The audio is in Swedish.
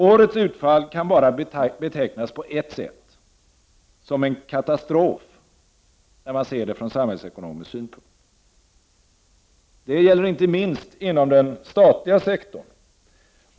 Årets utfall kan bara betecknas på ett sätt, nämligen som en katastrof, när man ser det från samhällsekonomisk synpunkt. Det gäller inte minst inom den statliga sektorn.